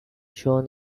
shown